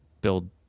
build